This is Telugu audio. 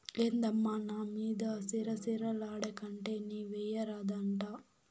ఏందమ్మా నా మీద సిర సిర లాడేకంటే నీవెయ్యరాదా అంట